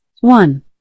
One